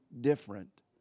different